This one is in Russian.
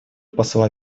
посла